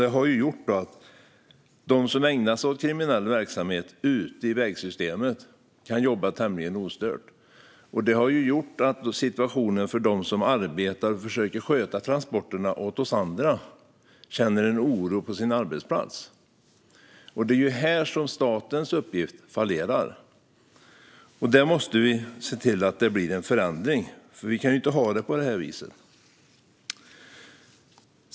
Detta har gjort att de som ägnar sig åt kriminell verksamhet ute i vägsystemet kan jobba tämligen ostört, vilket har gjort att de som arbetar och försöker sköta transporterna åt oss andra känner en oro på sin arbetsplats. Det är här som staten fallerar i sin uppgift. Här måste vi se till att det blir en förändring, för vi kan ju inte ha det på det här viset.